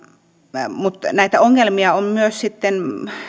näitä ongelmia on myös sitten